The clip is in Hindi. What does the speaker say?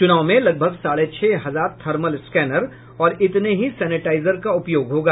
चूनाव में लगभग साढ़े छह हजार थर्मल स्क्रैनर और इतने ही सेनेटाइजर का उपयोग होगा